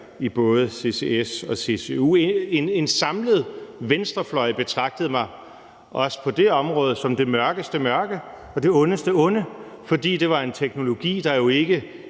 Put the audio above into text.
i både ccs og ccu. En samlet venstrefløj betragtede mig også på det område som det mørkeste mørke og det ondeste onde, fordi det var en teknologi, der er jo ikke